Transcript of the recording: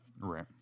Right